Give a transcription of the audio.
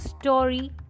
story